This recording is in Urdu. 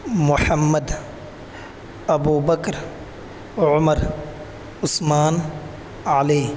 محمد ابو بکر عمر عثمان علی